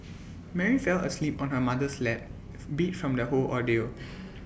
Mary fell asleep on her mother's lap beat from the whole ordeal